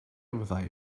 fyddai